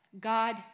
God